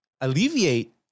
alleviate